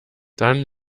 dann